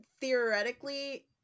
theoretically